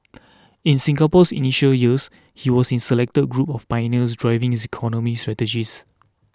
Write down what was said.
in Singapore's initial years he was in select group of pioneers driving its economic strategies